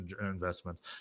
investments